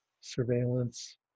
surveillance